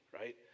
Right